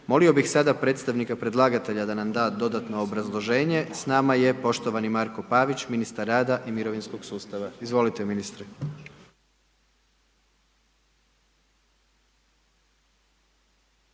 Molio bih sada predstavnike predlagatelja da nam da dodatno obrazloženje. S nama je poštovani Marko Pavić, ministar rada i mirovinskog sustava, izvolite ministre.